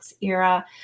era